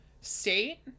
state